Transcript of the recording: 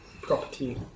property